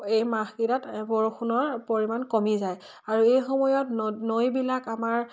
এই মাহকিটাত বৰষুণৰ পৰিমাণ কমি যায় আৰু এই সময়ত ন নৈবিলাক আমাৰ